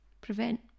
prevent